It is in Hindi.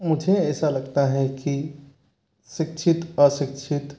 मुझे ऐसा लगता है कि शिक्षित अशिक्षित